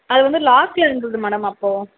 அது வந்து லாஸ்டில் இருந்தது மேடம் அப்போது